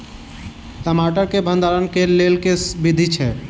टमाटर केँ भण्डारण केँ लेल केँ विधि छैय?